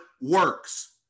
works